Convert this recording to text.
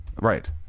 Right